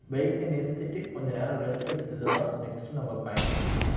பைக்கை நிறுத்திவிட்டு கொஞ்சம் நேரம் ரெஸ்ட் எடுத்துகிட்டு தான் நெக்ஸ்ட் நம்ம பயணம் செய்யணும்